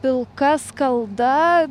pilka skalda